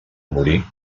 morir